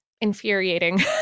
infuriating